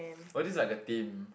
we're just like a team